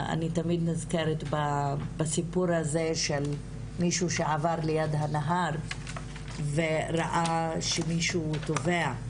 אני תמיד נזכרת בסיפור הזה של מישהו שעבר ליד הנהר וראה שמישהו טובע,